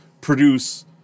produce